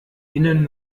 innen